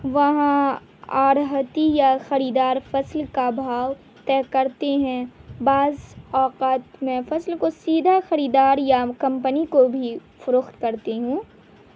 وہاں آڑہتی یا خریدار فصل کا بھاؤ طے کرتے ہیں بعض اوقات میں فصل کو سیدھا خریدار یا کمپنی کو بھی فروخت کرتی ہوں